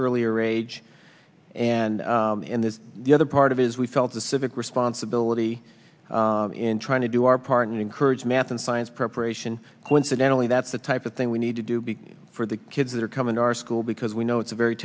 earlier age and in this the other part of his we felt the civic responsibility in trying to do our part and encourage math and science preparation coincidentally that's the type of thing we need to do be for the kids that are coming to our school because we know it's a very